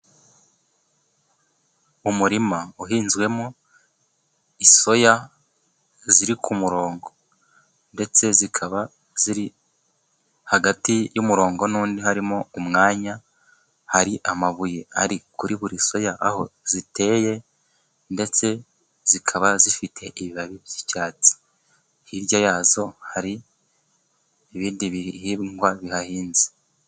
Umurima uhinzwemo soya ziri ku murongo ndetse zikaba ziri hagati yumurongo n'undi harimo umwanya, hari amabuye ari kuri buri soya aho ziteye ndetse zikaba zifite ibibabi by'icyatsi, hirya yazo hari ibindi bihingwa bihahinze.